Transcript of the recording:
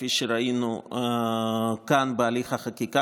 כפי שראינו כאן בהליך החקיקה.